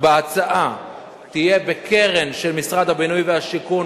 בהצעה יהיה בקרן של משרד הבינוי והשיכון,